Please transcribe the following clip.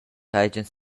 seigien